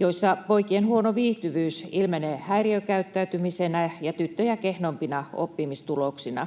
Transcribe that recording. joissa poikien huono viihtyvyys ilmenee häiriökäyttäytymisenä ja tyttöjä kehnompina oppimistuloksina.